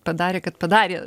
padarė kad padarė